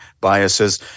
biases